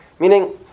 Meaning